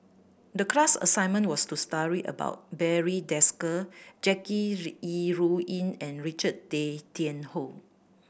the class assignment was to about Barry Desker Jackie Yi Ru Ying and Richard Tay Tian Hoe